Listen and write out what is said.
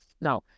no